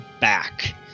back